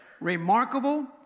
Remarkable